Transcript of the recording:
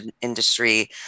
industry